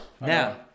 Now